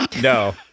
No